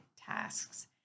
tasks